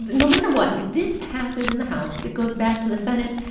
no matter what, if this passes in the house, it goes back to the senate,